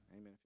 Amen